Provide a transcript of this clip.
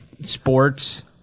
sports